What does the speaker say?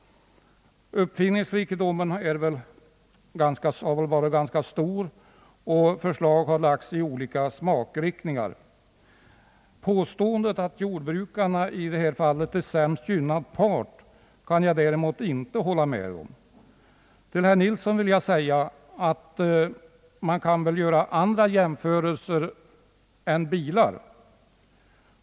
Uppfinningsrikedomen har varit ganska stor och förslag har lagts i olika smakriktningar. Påståendet att jordbrukarna i det här fallet är sämst gynnad part kan jag emellertid inte hålla med om. Till herr Yngve Nilsson vill jag säga att man kan göra andra jämförelser än med bilar.